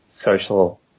social